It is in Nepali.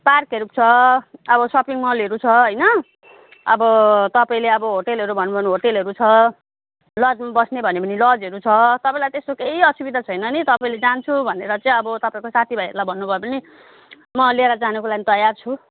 पार्कहरू छ अब सपिङ मलहरू छ होइन अब तपाईँले अब होटलहरू भन्नुभयो भने होटलहरू छ लजमा बस्ने भन्यो भने लजहरू छ तपाईँलाई त्यस्तो केही असुविधा छैन नि तपाईँले जान्छु भनेर चाहिँ भनेर अब तपाईँको साथीभाइहरूलाई भन्नुभयो भने म लिएर जानको लागि तयार छु